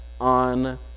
on